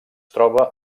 troba